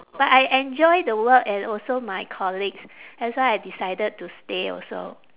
but I enjoy the work and also my colleagues that's why I decided to stay also